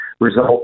result